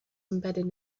embedded